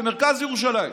במרכז ירושלים.